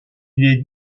est